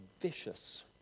vicious